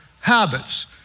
habits